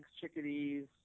chickadees